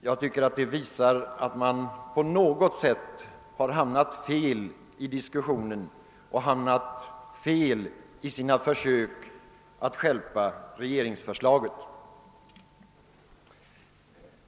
Jag tycker att det visar att man på något sätt hamnat fel i diskussionen och i sina försök att stjälpa regeringsförslaget.